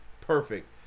Perfect